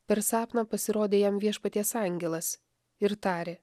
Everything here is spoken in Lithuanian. per sapną pasirodė jam viešpaties angelas ir tarė